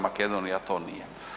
Makedonija to nije.